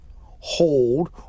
hold